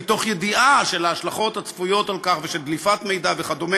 מתוך ידיעה מה ההשלכות הצפויות ושל דליפת מידע וכו',